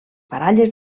baralles